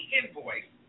invoice